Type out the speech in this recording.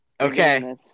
Okay